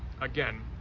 Again